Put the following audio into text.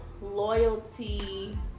loyalty